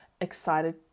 excited